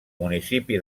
municipi